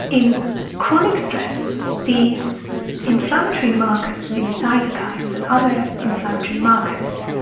in chronic stress, these inflammatory markers, the cytokines and other inflammatory markers,